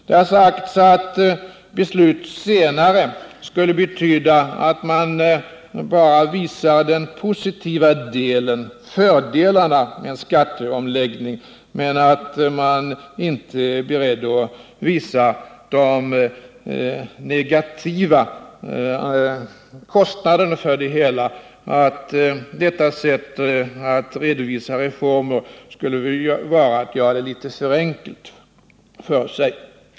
Det har sagts att ett beslut senare skulle betyda att man bara visar fördelarna med en skatteomläggning men inte är beredd att visa kostnaderna för det hela. Detta sätt att redovisa reformer skulle vara att göra det litet enkelt för sig.